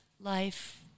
life